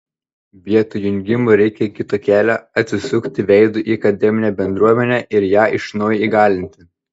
vietoj jungimų reikia kito kelio atsisukti veidu į akademinę bendruomenę ir ją iš naujo įgalinti